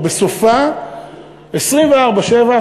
שבסופה 24/7,